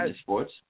sports